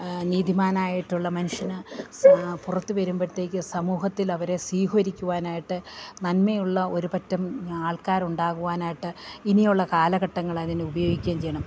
നീതിമാനായിട്ടുള്ള മനുഷ്യന് പുറത്ത് വരുമ്പഴത്തേക്ക് സമൂഹത്തിൽ അവരെ സ്വീകരിക്കുവാനായിട്ട് നന്മയുള്ള ഒരു പറ്റം ആൾക്കാർ ഉണ്ടാകുവാനായിട്ട് ഇനിയുള്ള കാലഘട്ടങ്ങൾ അതിന് ഉപയോഗിക്കുകയും ചെയ്യണം